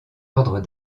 ordres